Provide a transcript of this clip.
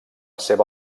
seva